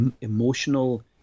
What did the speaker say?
emotional